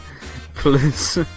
please